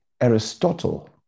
Aristotle